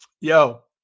Yo